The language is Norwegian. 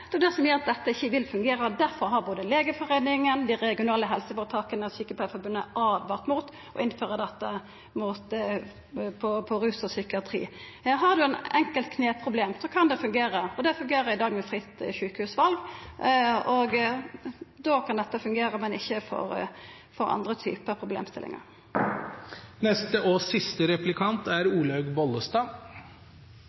Det er dette som gjer at det ikkje vil fungera, og difor har både Legeforeininga, dei regionale helseføretaka og Sjukepleiarforbundet åtvara mot å innføra dette innan rus og psykiatri. Har ein eit enkelt kneproblem, så kan det fungera, og det fungerer i dag med fritt sjukehusval. Då kan dette fungera, men ikkje for andre typar problemstillingar. Senterpartiet var i en replikk tidligere bekymret for kvaliteten og